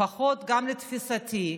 לפחות לתפיסתי,